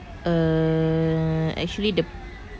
err actually the p~